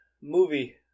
movie